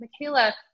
Michaela